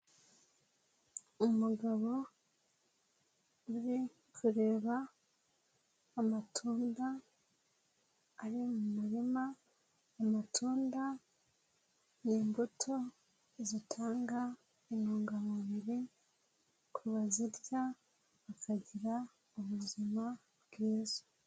Umugabo uri kureba amatunda ari mu murima, amatunda ni immbuto zitanga intungamubiri ku bazirya bakagira ubuzima bwiza.